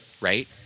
right